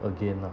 again lah